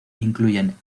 incluyen